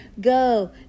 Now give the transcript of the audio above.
go